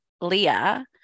Leah